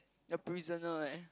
a prisoner eh